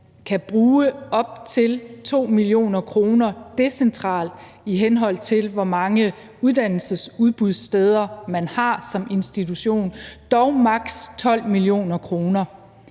kan bruge op til 2 mio. kr. decentralt, i henhold til hvor mange uddannelsesudbudssteder man har som institution, dog maks. 12 mio. kr.